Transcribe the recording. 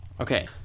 Okay